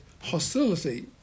hostility